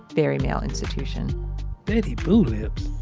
very male institution betty boo lips?